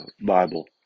Bible